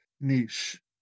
niche